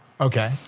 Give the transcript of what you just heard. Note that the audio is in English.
Okay